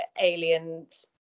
aliens